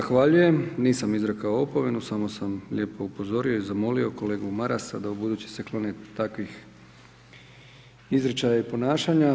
Zahvaljujem nisam izrekao opomenu, samo sam lijepo upozorio i zamolio kolegu Marasa da ubuduće se kloni takvih izričaja i ponašanja.